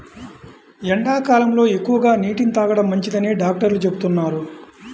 ఎండాకాలంలో ఎక్కువగా నీటిని తాగడం మంచిదని డాక్టర్లు చెబుతున్నారు